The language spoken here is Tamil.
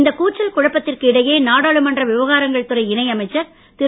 இந்தக் கூச்சல் குழப்பத்திற்கு இடையே நாடாளுமன்ற விவகாரங்கள் துணை இணை அமைச்சர் திரு